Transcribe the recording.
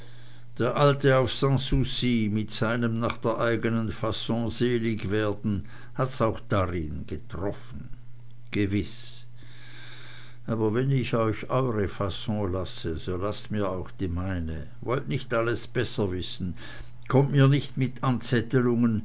der alte auf sanssouci mit seinem nach der eignen faon selig werden hat's auch darin getroffen gewiß aber wenn ich euch eure faon lasse so laßt mir auch die meine wollt nicht alles besser wissen kommt mir nicht mit